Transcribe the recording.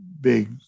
big